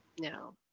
No